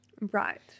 Right